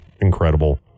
incredible